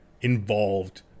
involved